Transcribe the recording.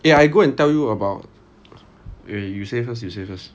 eh I go and tell you about you say first you say first